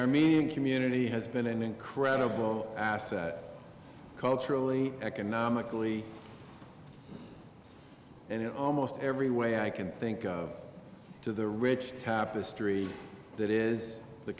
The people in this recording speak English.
armenian community has been an incredible asset culturally economically and in almost every way i can think of to the rich tapestry that is the